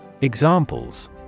Examples